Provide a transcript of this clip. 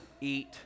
eat